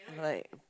like